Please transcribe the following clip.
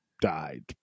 died